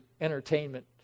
entertainment